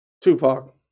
Tupac